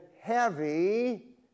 heavy